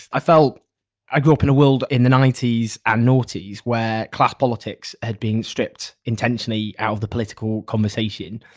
i felt i grew up in a world in the nineties and noughties where class politics had being stripped intentionally out of the political conversation,